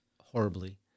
horribly